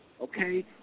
Okay